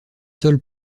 sols